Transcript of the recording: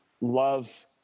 love